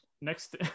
Next